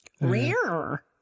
Rare